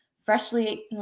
freshly